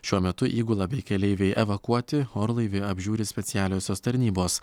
šiuo metu įgula bei keleiviai evakuoti orlaivį apžiūri specialiosios tarnybos